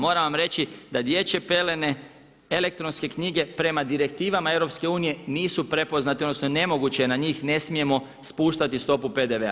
Moram vam reći da dječje pelene, elektronske knjige prema direktivama EU nisu prepoznate, odnosno nemoguće je na njih, ne smijemo spuštati stopu PDV-a.